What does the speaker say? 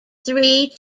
three